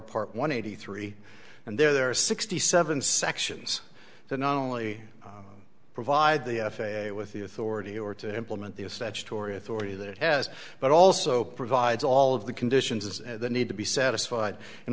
r part one eighty three and there are sixty seven sections that not only provide the f a a with the authority or to implement the statutory authority that it has but also provides all of the conditions of the need to be satisfied in